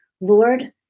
Lord